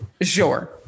Sure